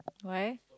why